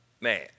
man